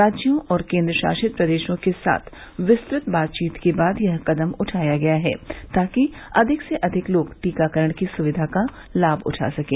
राज्यों और केंद्रशासितप्रदेशों के साथ पिस्तृत बातचीत के बाद यह कदम उठाया गया है ताकि अधिक से अधिक लोग टीकाकरण की सुविधा लाभ उठा सकें